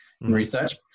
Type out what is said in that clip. research